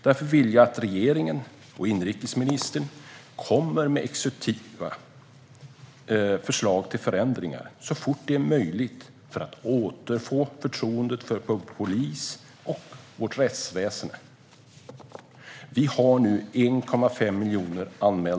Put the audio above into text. Därför vill jag att regeringen och inrikesministern kommer med exekutiva förslag till förändringar så fort det är möjligt för att man ska kunna återskapa förtroendet för polis och vårt rättsväsen. Antalet anmälda brott är nu 1,5 miljoner.